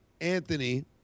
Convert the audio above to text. Anthony